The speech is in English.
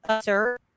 sir